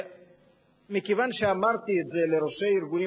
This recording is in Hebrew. מכיוון שאמרתי את זה לראשי ארגונים,